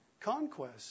conquest